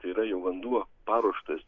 tai yra jau vanduo paruoštas